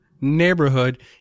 NEIGHBORHOOD